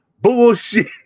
bullshit